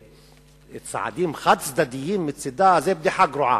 צעדים חד-צדדיים מצדה הוא בדיחה גרועה.